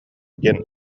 диэн